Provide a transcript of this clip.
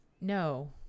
no